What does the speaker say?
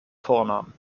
vornamen